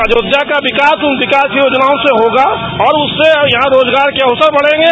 अयोध्या का विकास उन योजना से होगा और उससे यहां रोजगार के अवसर बढ़ेंगे